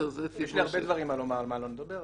יש לי הרבה דברים לומר על מה לא נדבר,